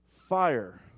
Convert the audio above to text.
fire